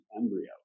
embryo